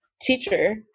teacher